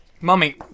mummy